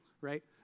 right